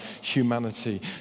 humanity